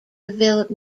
developed